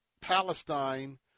Palestine